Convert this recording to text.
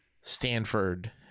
Stanford